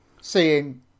seeing